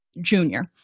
Junior